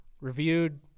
Reviewed